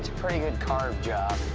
pretty good carve job.